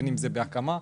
בין בהקמה,